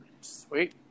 sweet